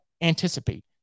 anticipate